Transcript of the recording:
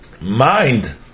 mind